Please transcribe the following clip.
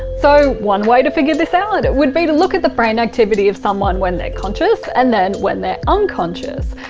so one way to figure this out it would be to look at the brain activity of someone when they're conscious and then when they're unconscious,